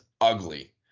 Ugly